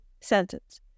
sentence